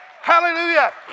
Hallelujah